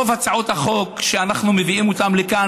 רוב הצעות החוק שאנחנו מביאים לכאן,